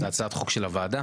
זה הצעת חוק של הוועדה?